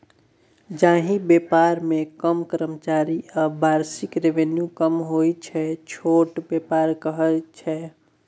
जाहि बेपार मे कम कर्मचारी आ बार्षिक रेवेन्यू कम होइ छै छोट बेपार कहय छै